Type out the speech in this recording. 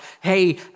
hey